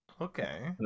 Okay